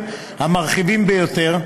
ביותר,